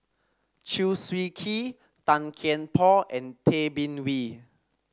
Chew Swee Kee Tan Kian Por and Tay Bin Wee